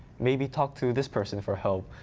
maybe talk to this person for help.